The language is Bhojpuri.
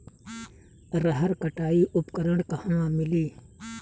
रहर कटाई उपकरण कहवा मिली?